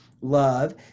love